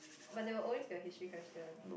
but there were always got history question